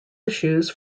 issues